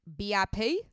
BIP